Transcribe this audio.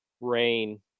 rain